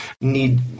need